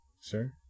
sir